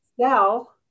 sell